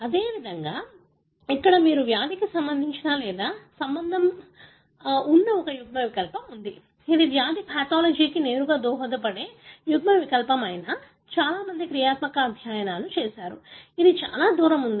అదేవిధంగా ఇక్కడ మీకు వ్యాధికి సంబంధించిన లేదా సంబంధం ఉన్న ఒక యుగ్మ వికల్పం ఉంది ఇది వ్యాధి పాథాలజీకి నేరుగా దోహదపడే యుగ్మవికల్పం అయినా చాలా మంది క్రియాత్మక అధ్యయనాలు చేశారు అది ఇంకా చాలా దూరం ఉంది